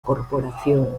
corporación